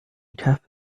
cafe